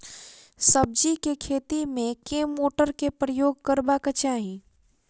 सब्जी केँ खेती मे केँ मोटर केँ प्रयोग करबाक चाहि?